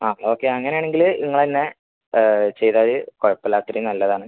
ആ ഓക്കെ അങ്ങനെയാണെങ്കിൽ നിങ്ങൾ തന്നെ ചെയ്താൽ മതി കുഴപ്പമില്ല അത്രയും നല്ലതാണ്